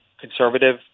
conservative